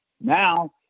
Now